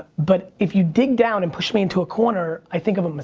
but if you dig down and push me into a corner, i think of them as,